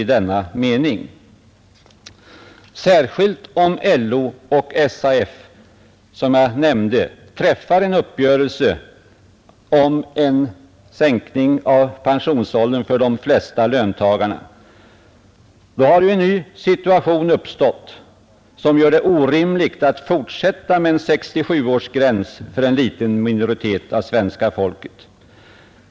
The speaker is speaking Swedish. Särskilt om LO och SAF, som jag nämnde, träffar en uppgörelse om sänkning av pensionsåldern för de flesta löntagarna, har en ny situation uppstått som gör det orimligt att fortsätta med en 67-årsgräns för en liten minoritet av svenska folket.